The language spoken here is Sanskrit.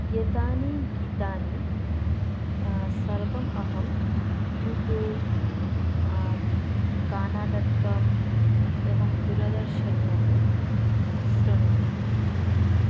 एतानि गीतानि सर्वम् अहं यूटूब् गाना डट् काम् एवं दूरदर्शने अपि शृनोमि